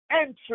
entry